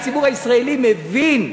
הציבור הישראלי מבין,